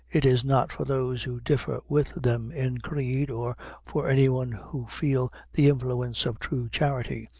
it is not for those who differ with them in creed, or for any one who feel the influence of true charity,